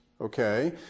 Okay